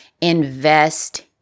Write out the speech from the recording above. invest